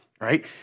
Right